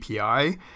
API